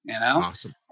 Awesome